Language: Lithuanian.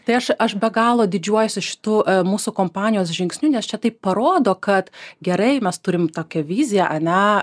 tai aš aš be galo didžiuojuosi šitu mūsų kompanijos žingsniu nes čia tai parodo tad gerai mes turim tokią viziją ane